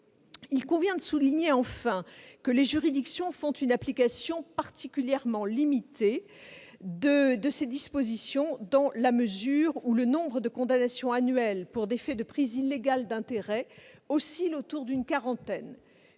Il convient enfin de souligner que les juridictions font une application particulièrement limitée de ces dispositions, dans la mesure où le nombre de condamnations annuelles pour des faits de prise illégale d'intérêts oscille autour d'une quarantaine